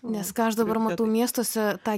nes ką aš dabar matau miestuose tą